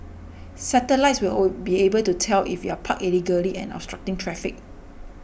satellites will be able to tell if you're parked illegally and obstructing traffic